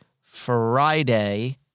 Friday